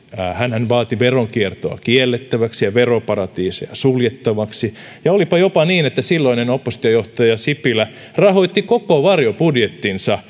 hänhän vaati veronkiertoa kiellettäväksi ja veroparatiiseja suljettavaksi ja olipa jopa niin että silloinen oppositiojohtaja sipilä rahoitti koko varjobudjettinsa